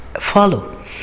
follow